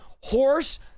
horse